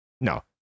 No